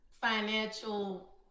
financial